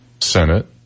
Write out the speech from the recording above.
Senate